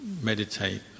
meditate